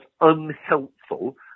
unhelpful